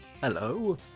Hello